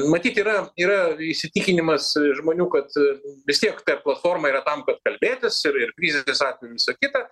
matyt yra yra įsitikinimas žmonių kad vis tiek ta platforma yra tam kad kalbėtis ir ir krizės atveju visa kita